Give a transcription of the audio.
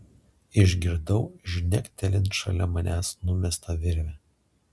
išgirdau žnektelint šalia manęs numestą virvę